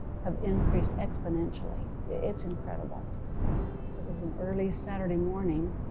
have increased exponentially. it's incredible. it was an early saturday morning,